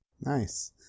nice